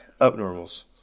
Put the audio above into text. upnormals